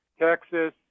texas